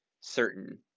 certain